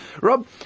Rob